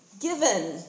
Given